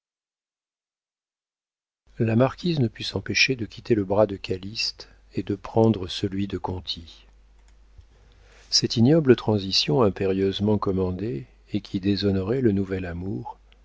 la marquise ne put s'empêcher de quitter le bras de calyste et de prendre celui de conti cette ignoble transition impérieusement commandée et qui déshonorait le nouvel amour